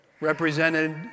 represented